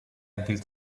built